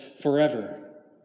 forever